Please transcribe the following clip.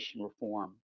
reform